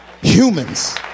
Humans